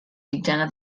mitjana